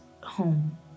home